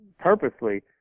purposely